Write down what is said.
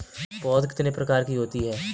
पौध कितने प्रकार की होती हैं?